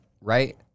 right